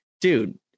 Dude